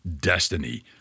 destiny